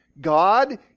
God